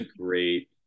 great